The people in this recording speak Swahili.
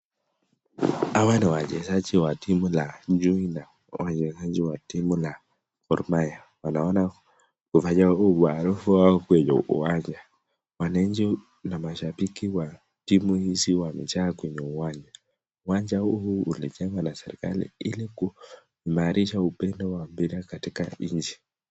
Hawa ni wachezaji wa timu ya Chui na wachezaji wa timu la Gormaiya. Ninaona hufanya huu wa arufu au kwenye uwanja. Wananchi na mashabiki wa timu hizi wanejaa kwenye uwanja. Uwanja huu ulijengwa na serikali ili kuimarisha upendo wa mpira katika nchi.